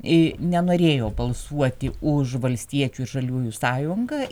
ir nenorėjo balsuoti už valstiečių žaliųjų sąjungą